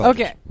Okay